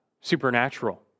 supernatural